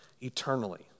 eternally